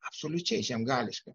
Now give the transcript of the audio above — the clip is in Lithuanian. absoliučiai žiemgališka